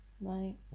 Right